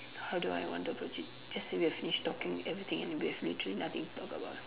how do I want to approach it just say we have finished talking everything and we have literally nothing to talk about